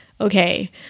okay